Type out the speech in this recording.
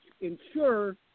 ensure